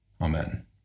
Amen